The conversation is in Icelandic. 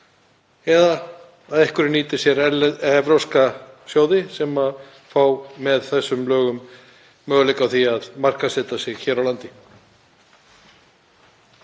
eða að einhverjir nýti sér evrópska sjóði sem fá með þessum lögum möguleika á því að markaðssetja sig hér á landi.